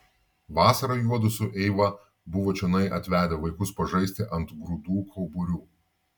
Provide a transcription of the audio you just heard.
vasarą juodu su eiva buvo čionai atvedę vaikus pažaisti ant grūdų kauburių